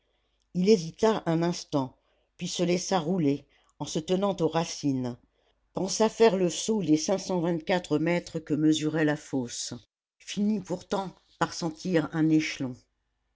il hésita un instant puis se laissa rouler en se tenant aux racines pensa faire le saut des cinq cent vingt-quatre mètres que mesurait la fosse finit pourtant par sentir un échelon